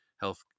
health